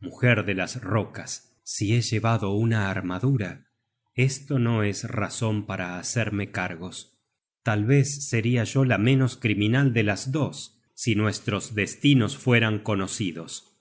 mujer de las rocas si he llevado una armadura esto no es razon para hacerme cargos tal vez seria yo la menos criminal de las dos si nuestros destinos fueran conocidos